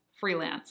freelance